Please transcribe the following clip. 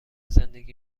زندگی